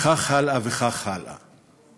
וכך הלאה, וכך הלאה.